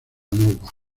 nova